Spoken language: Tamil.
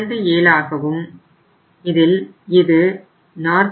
27 ஆகவும் இதில் இது 49